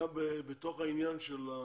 אתה בתוך העניין?